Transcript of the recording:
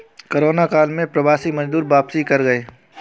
corona काल में प्रवासी मजदूर वापसी कर गए